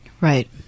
Right